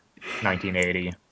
1980